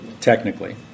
Technically